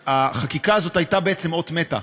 החקיקה הזאת הייתה בעצם אות מתה,